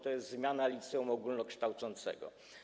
To jest zmiana liceum ogólnokształcącego.